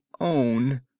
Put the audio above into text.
own